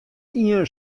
ien